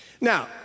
Now